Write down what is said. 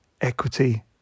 equity